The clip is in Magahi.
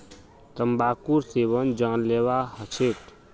तंबाकूर सेवन जानलेवा ह छेक